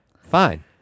Fine